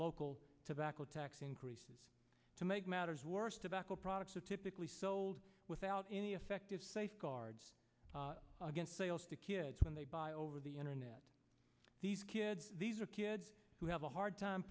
local tobacco tax increases to make matters worse tobacco products are typically sold without any effective safeguards again sales to kids when they buy over the internet these kids these are kids who have a hard time